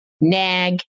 nag